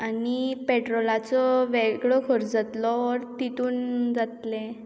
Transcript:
आनी पॅट्रोलाचो वेगळो खर्च जातलो ओर तितूंत जातलें